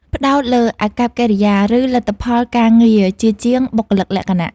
ផ្តោតលើអាកប្បកិរិយា ឬលទ្ធផលការងារជាជាងបុគ្គលិកលក្ខណៈ។